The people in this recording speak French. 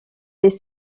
les